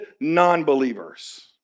non-believers